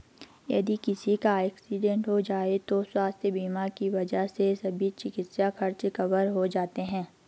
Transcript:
यदि किसी का एक्सीडेंट हो जाए तो स्वास्थ्य बीमा की वजह से सभी चिकित्सा खर्च कवर हो जाते हैं